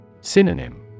Synonym